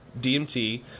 DMT